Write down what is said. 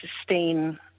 sustain